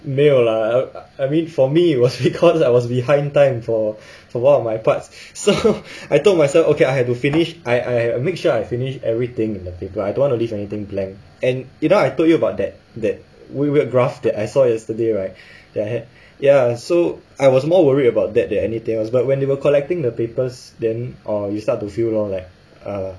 没有 lah I mean for me it was because I was behind time for a lot of my parts so I told myself okay I had to finish I I make sure I finished everything in the paper I don't want to leave anything blank and you know I told you about that that weird weird graph that I saw yesterday right that I had ya so I was more worried about that than anything else but when they were collecting the papers then orh you start to feel lor like uh